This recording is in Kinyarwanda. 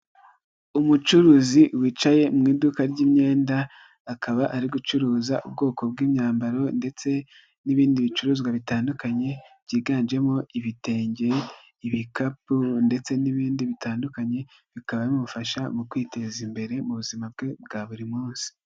Umucuruzi wicaye mu iduka ry'imyenda, akaba ari gucuruza ubwoko bw'imyambaro ndetse n'ibindi bicuruzwa bitandukanye, byiganjemo ibitenge, ibikapu ndetse n'ibindi bitandukanye, bikaba bimufasha mu kwiteza imbere, mu buzima bwe bwa buri munsi.